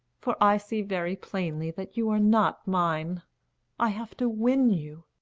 for i see very plainly that you are not mine i have to win you.